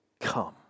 come